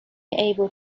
able